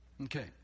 Okay